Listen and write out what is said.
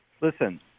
listen